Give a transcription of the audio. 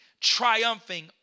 triumphing